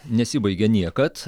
nesibaigia niekad